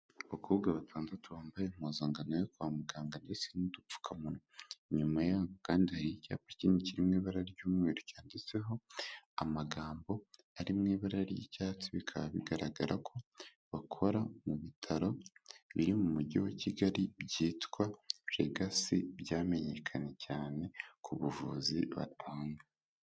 Abakobwa batandatu bambaye impuzangano yo kwa muganga ndetse n'udupfukamunwa, inyuma yabo kandi hari icysapa ikindi kiri mu ibara ry'umweru cyanditseho amagambo ari mu ibara ry'icyatsi bikaba bigaragara ko bakora mu bitaro biri mu mujyi wa Kigali byitwa legasi byamenyekanye cyane ku buvuzi batanga.